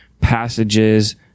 passages